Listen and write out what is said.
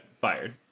fired